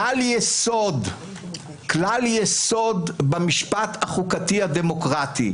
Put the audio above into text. כלל יסוד במשפט החוקתי הדמוקרטי,